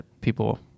people